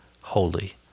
holy